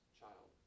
child